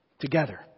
together